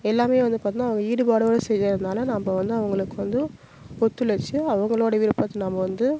எல்லாம் வந்து பார்த்திங்கனா அவங்க ஈடுபாடோடு செய்கிறதுனால நாம் வந்து அவங்களுக்கு வந்து ஒத்துழைச்சு அவங்களுடைய விருப்பத்தை நாம் வந்து